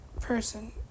person